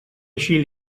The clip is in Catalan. així